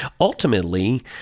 Ultimately